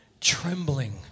trembling